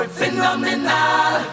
phenomenal